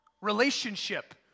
Relationship